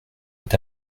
est